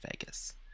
Vegas